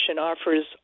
offers